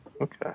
okay